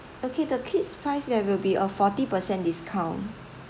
okay the kids price there will be a forty per cent discount